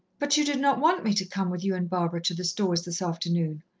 but you did not want me to come with you and barbara to the stores this afternoon,